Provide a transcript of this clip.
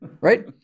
right